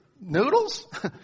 noodles